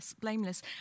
blameless